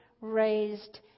raised